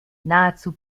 nahezu